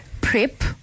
PrEP